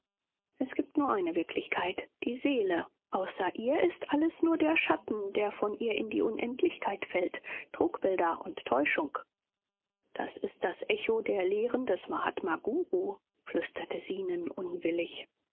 es gibt nur eine wirklichkeit die seele außer ihr ist alles nur der schatten der von ihr in die unendlichkeit fällt trugbilder und täuschung das ist das echo der lehren des mahatma guru flüsterte zenon unwillig